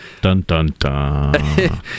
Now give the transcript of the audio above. Dun-dun-dun